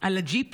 על הג'יפ